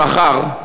ממחר,